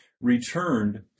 returned